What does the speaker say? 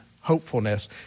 hopefulness